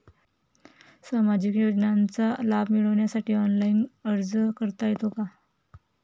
सामाजिक योजनांचा लाभ मिळवण्यासाठी ऑनलाइन अर्ज करता येतो का?